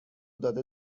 داده